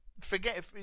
forget